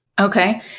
Okay